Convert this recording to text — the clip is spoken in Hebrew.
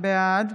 בעד